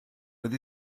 with